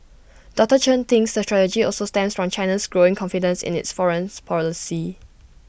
doctor Chen thinks the strategy also stems from China's growing confidence in its foreign policy